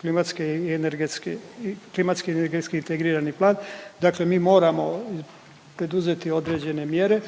klimatski i energetski integrirani plan, dakle mi moramo poduzeti određene mjere.